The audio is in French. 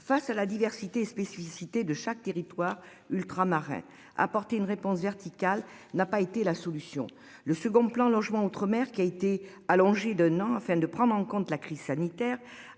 face à la diversité spécificités de chaque territoire ultramarin apporter une réponse verticale n'a pas été la solution. Le second plan logement outre-mer qui a été allongée d'un an afin de prendre en compte la crise sanitaire